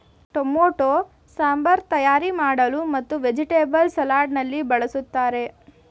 tomato sambar ತಯಾರಿ ಮಾಡಲು ಮತ್ತು ವೆಜಿಟೇಬಲ್ಸ್ ಸಲಾಡ್ ನಲ್ಲಿ ಬಳ್ಸತ್ತರೆ